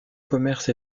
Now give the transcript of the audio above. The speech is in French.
commerce